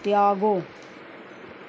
Tiago